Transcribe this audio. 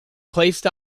placed